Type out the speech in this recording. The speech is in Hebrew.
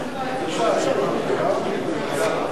ברשותך, אדוני היושב-ראש.